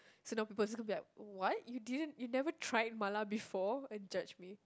so those people could be like what you didn't you never try mala before and judge me